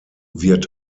wird